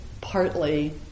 partly